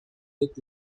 look